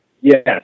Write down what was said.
Yes